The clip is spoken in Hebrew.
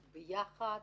ביחד?